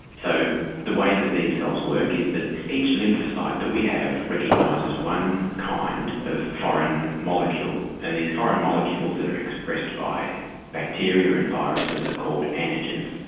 so the way that these cells work is that each lymphocyte that we have recognises one kind of foreign molecule, and these foreign molecules that are expressed by bacteria and viruses, are called antigens.